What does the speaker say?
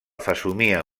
fesomia